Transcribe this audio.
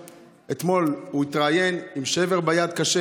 אתמול הוא התראיין עם שבר קשה ביד.